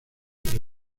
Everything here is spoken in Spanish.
pero